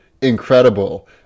incredible